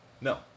No